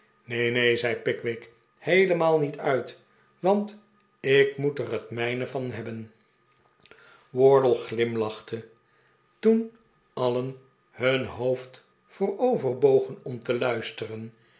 neen neen zei pickwick heelemaal niet uit want ik moet er het mijne van hebben wardle glimlachte toen alien hun hoofd vooroverbogen om te luisteren